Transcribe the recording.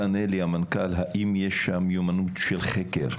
תענה לי המנכ"ל: האם יש שם מיומנות של חקר,